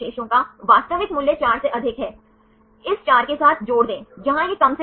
अब यह एक उदाहरण है मायोग्लोबिन